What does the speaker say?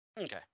Okay